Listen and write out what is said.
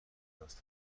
کلاس